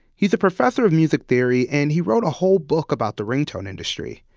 he's a professor of music theory and he wrote a whole book about the ringtone industry.